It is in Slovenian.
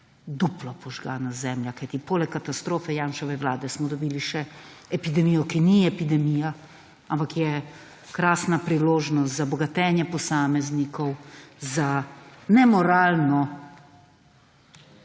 duplo požgana zemlja. Kajti, poleg katastrofe Janševe vlade smo dobili še epidemijo, ki ni epidemija, ampak je krasna priložnost za bogatenje posameznikov, za nemoralno